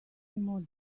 more